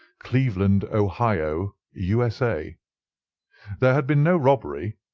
cleveland, ohio, u s a there had been no robbery,